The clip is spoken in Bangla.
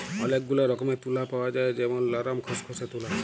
ওলেক গুলা রকমের তুলা পাওয়া যায় যেমল লরম, খসখসে তুলা